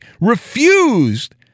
refused